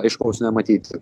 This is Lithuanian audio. aiškaus nematyti